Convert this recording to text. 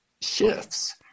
shifts